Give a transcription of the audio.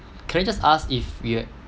can I just ask if you are